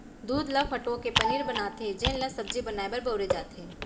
दूद ल फटो के पनीर बनाथे जेन ल सब्जी बनाए बर बउरे जाथे